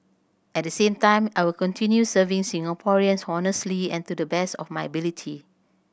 at the same time I will continue serving Singaporeans honestly and to the best of my ability